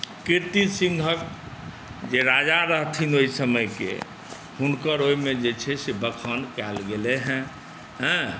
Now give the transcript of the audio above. कीर्ति सिंहक जे राजा रहथिन ओहि समयके हुनकर ओहिमे जे छै से बखान कयल गेलै हेँ हँ